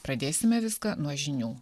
pradėsime viską nuo žinių